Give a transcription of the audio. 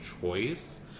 choice